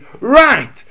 right